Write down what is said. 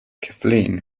kathleen